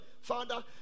father